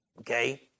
okay